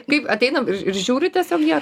kaip ateina ir ir žiūri tiesiog jie